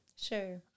Sure